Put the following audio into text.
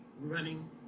running